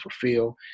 fulfill